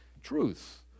Truth